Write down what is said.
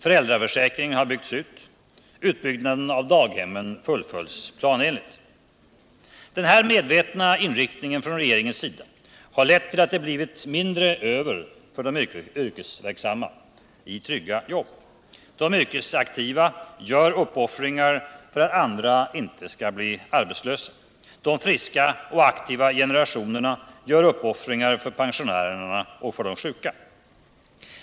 Föräldraförsäkringen byggs ut. Utbyggnaden av daghemmen fullföljs planenligt. Den här medvetna inriktningen från regeringens sida har lett till att det blivit mindre över för de yrkesverksamma i trygga jobb: de yrkesaktiva gör uppoffringar för att andra inte skall bli arbetslösa, och de friska och aktiva generationerna gör uppoffringar för pensionärerna och för de sjuka.